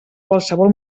qualsevol